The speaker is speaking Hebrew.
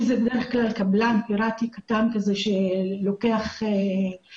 שהוא בדרך כלל קבלן פירטי קטן כזה שממלא עגלה